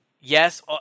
yes